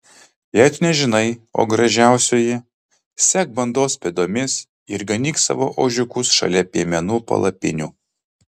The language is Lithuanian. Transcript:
jei tu nežinai o gražiausioji sek bandos pėdomis ir ganyk savo ožiukus šalia piemenų palapinių